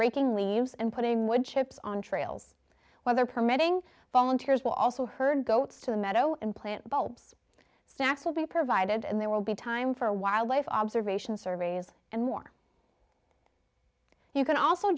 raking leaves and putting wood chips on trails weather permitting volunteers will also heard goats to the meadow and plant bulbs snacks will be provided and there will be time for wildlife observation surveys and more you can also